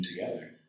together